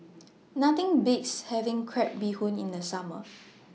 Nothing Beats having Crab Bee Hoon in The Summer